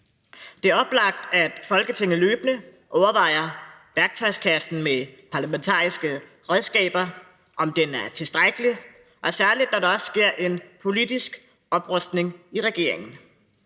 Det er oplagt, at Folketinget løbende overvejer værktøjskassen med parlamentariske redskaber, altså om den er tilstrækkelig, og særlig når der også sker en politisk oprustning i regeringen.